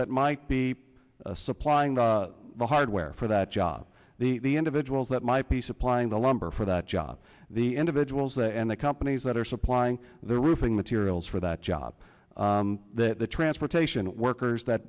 that might be supplying the hardware for that job the the individuals that might be supplying the lumber for that job the individuals and the companies that are supplying the roofing materials for that job that the transportation workers that